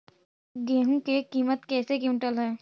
गेहू के किमत कैसे क्विंटल है?